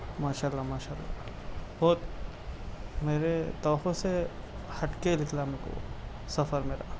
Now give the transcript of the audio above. ماشاء اللہ ماشاء اللہ بہت میرے توقع سے ہٹ کے نکلا میرے کو سفر میرا